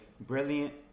brilliant